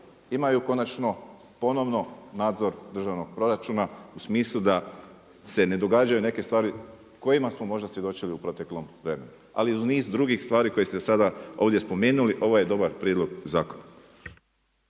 imaju konačno ponovno nadzor državnog proračuna u smislu da se ne događaju neke stvari kojima smo možda svjedočili u proteklom vremenu, ali i niz drugih stvari koje ste sada ovdje spomenuli ovo je dobar prijedlog zakona.